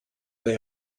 they